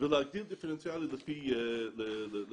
ולהגדיל דיפרנציאלית לפי חומש